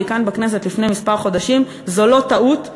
כאן בכנסת לפני כמה חודשים "זו לא טעות,